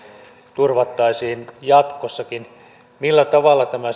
turvattaisiin jatkossakin millä tavalla tämä